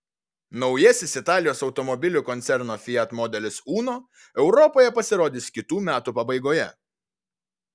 naujasis italijos automobilių koncerno fiat modelis uno europoje pasirodys kitų metų pabaigoje